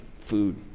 food